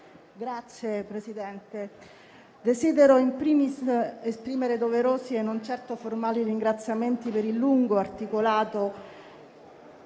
Signor Presidente, desidero *in primis* esprimere doverosi e non certo formali ringraziamenti per il lungo, articolato